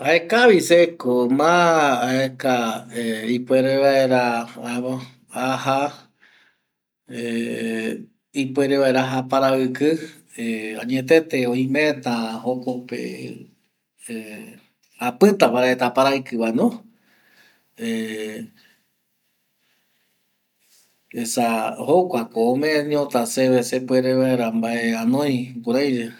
Jaekavi seko ma aeka ipuere vaera aja ipuer vaera aja apravɨkɨ añetëte oimeta jokope apɨta paraete aparaɨkɨ vano esa jokuako omeñota seve sepuere vaera mbae anoi jukuraiyae